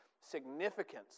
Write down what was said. significance